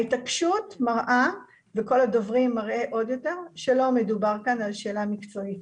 ההתעקשות מראה שלא מדובר בשאלה מקצועית.